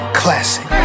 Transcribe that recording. classic